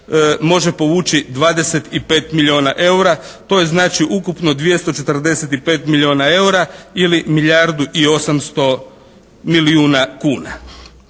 može povući 25 milijuna eura. To je znači ukupno 245 milijuna eura ili milijardu i 800 milijuna kuna.